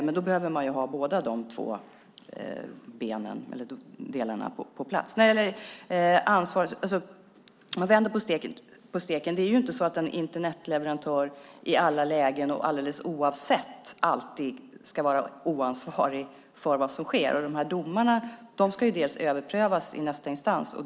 Men då behöver man ha båda delarna på plats. När det gäller ansvar kan man vända på steken. Det är ju inte så att en Internetleverantör i alla lägen ska vara oansvarig för vad som sker. De här domarna ska överprövas i nästa instans.